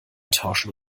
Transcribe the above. tauschen